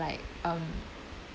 like um